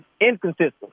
inconsistent